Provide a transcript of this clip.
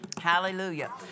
Hallelujah